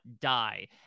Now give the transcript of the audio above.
die